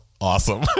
awesome